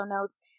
notes